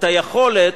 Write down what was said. את היכולת,